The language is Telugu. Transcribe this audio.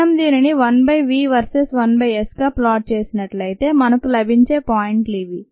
మనం దీనిని 1బై v వర్సెస్ 1 బై s గా ప్లాటు చేసినట్లయితే మనకు లభించే పాయింట్లు ఇవి